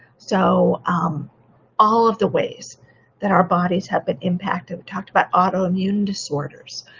so um all of the ways that our bodies have been impacted, we talked about auto immune disorders.